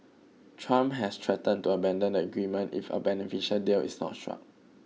Trump has threatened to abandon the agreement if a beneficial deal is not struck